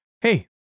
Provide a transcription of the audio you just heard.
hey